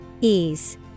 Ease